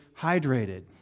hydrated